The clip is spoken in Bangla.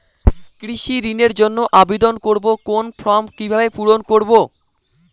কৃষি ঋণের জন্য আবেদন করব কোন ফর্ম কিভাবে পূরণ করব?